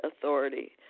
authority